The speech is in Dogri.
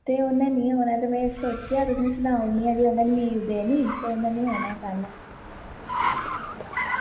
ते उन्ने निं औना ऐ ते में सोचेआ तुसेंगी सनाई ओड़नी आं की उन्ने लीव लैनी ते उन्ने निं औना ऐ कल्ल